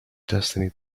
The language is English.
destiny